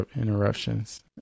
interruptions